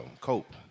cope